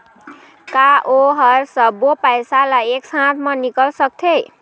का ओ हर सब्बो पैसा ला एक साथ म निकल सकथे?